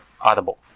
audible